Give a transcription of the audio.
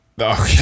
Okay